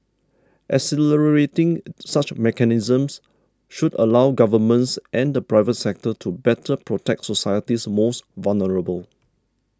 accelerating such mechanisms should allow governments and the private sector to better protect society's most vulnerable